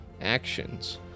actions